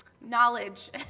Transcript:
knowledge